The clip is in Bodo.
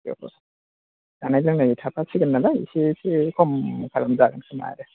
जानाय लोंनाय थाफासिगोन नालाय इसे खम खालाम जागोनखोमा आरो